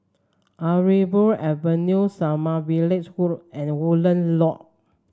Arimbun Avenue Sommervilles Walk and Woodland Loop